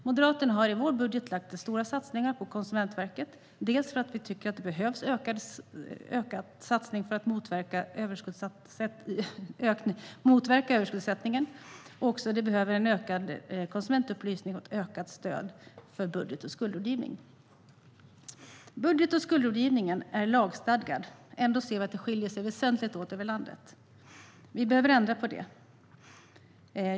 Moderaterna gör i sin budget en stor satsning på Konsumentverket för att motverka överskuldsättningen, öka konsumentupplysningen och öka stödet till budget och skuldrådgivningen. Budget och skuldrådgivningen är lagstadgad. Ändå ser vi att den skiljer sig väsentligt åt över landet. Det behöver vi ändra på.